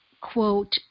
quote